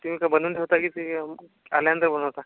तुम्ही काय बनवून ठेवता की ते आल्यानंतर बनवता